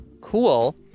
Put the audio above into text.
cool